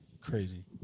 Crazy